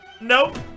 Nope